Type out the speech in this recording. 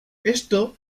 esto